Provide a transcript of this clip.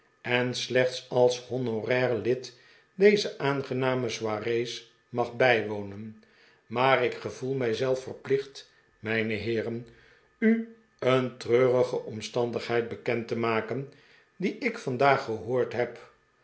en slechts als honorair lid deze aangename soirees mag bijwonen maar ik gevoel mijzelf verplicht mijne heeren u een treurige omstandigheid bekend te maken die ik vandaag gehoord heb